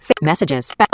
Messages